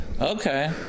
Okay